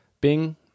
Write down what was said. bing